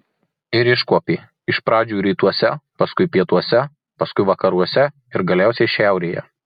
ir iškuopė iš pradžių rytuose paskui pietuose paskui vakaruose ir galiausiai šiaurėje